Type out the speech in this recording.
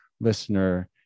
Listener